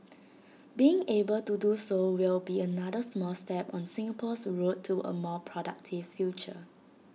being able to do so will be another small step on Singapore's road to A more productive future